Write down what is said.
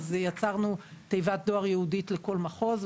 יצרנו תיבת דואר ייעודית לכל מחוז,